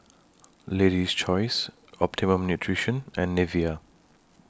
Lady's Choice Optimum Nutrition and Nivea